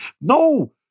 no